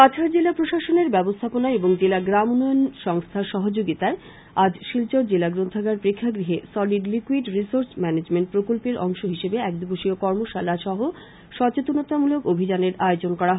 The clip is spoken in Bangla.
কাছাড় জেলা প্রশাসনের ব্যবস্থাপনায় এবং জেলা গ্রাম উন্নয়ন সংস্থার সহযোগীতায় আজ শিলচর জেলা গ্রন্থাগার প্রেক্ষাগ্যহে সলিড লিকুইড রির্সোস ম্যানেজমেন্ট প্রকল্পের অংশ হিসেবে এক দিবসীয় কর্মশালা সহ সচেতনতামূলক অভিযানের আয়োজন করা হয়